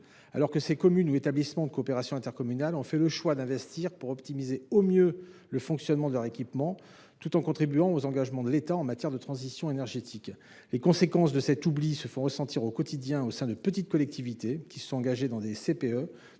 alors que ces communes ou établissements publics de coopération intercommunale ont fait le choix d’investir pour optimiser au mieux le fonctionnement de leurs équipements tout en contribuant aux engagements de l’État en matière de transition énergétique. Les conséquences de cet oubli se font ressentir chaque jour au sein de petites collectivités, qui se sont engagées dans des CPE